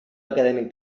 acadèmic